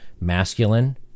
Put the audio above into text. masculine